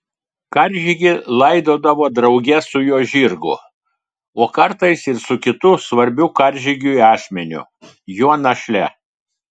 karžygį laidodavo drauge su jo žirgu o kartais ir su kitu svarbiu karžygiui asmeniu jo našle